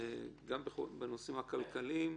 וזה נעשה גם בנושאים הכלכליים.